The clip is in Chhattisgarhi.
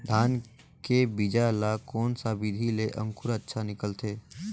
धान के बीजा ला कोन सा विधि ले अंकुर अच्छा निकलथे?